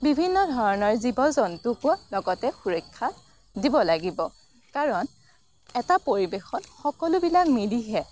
বিভিন্ন ধৰণৰ জীৱ জন্তুকো লগতে সুৰক্ষা দিব লাগিব কাৰণ এটা পৰিৱেশত সকলোবিলাক মিলিহে